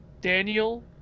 Daniel